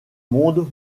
monde